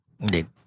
Indeed